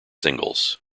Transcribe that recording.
singles